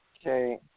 Okay